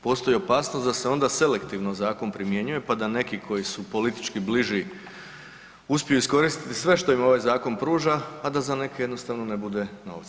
Postoji opasnost da se onda selektivno zakon primjenjuje pa da neki koji su politički bliži uspiju iskoristiti sve što im ovaj zakon pruža, a da za neke jednostavno ne bude novca.